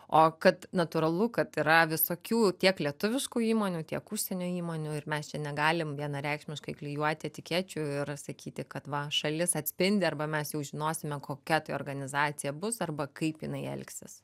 o kad natūralu kad yra visokių tiek lietuviškų įmonių tiek užsienio įmonių ir mes čia negalim vienareikšmiškai klijuoti etikečių ir sakyti kad va aš dalis atspindi arba mes jau žinosime kokia tai organizacija bus arba kaip jinai elgsis